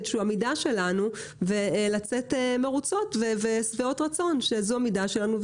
שהוא המידה שלנו ולצאת מרוצות ושבעות רצון שזו המידה שלנו,